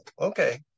okay